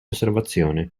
osservazione